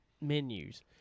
menus